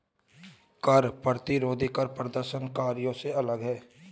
कर प्रतिरोधी कर प्रदर्शनकारियों से अलग हैं